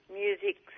music